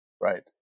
right